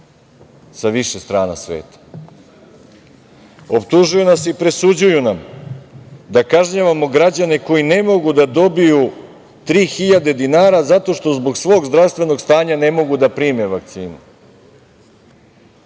sa više strana sveta. Optužuju nas i presuđuju nam da kažnjavamo građane koji ne mogu da dobiju 3.000 dinara zato što zbog svog zdravstvenog stanja ne mogu da prime vakcinu.